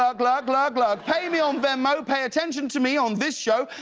lurk, lurk, lurk, lurk. pay me on venmo, pay attention to me on this show,